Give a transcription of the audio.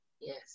yes